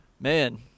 Man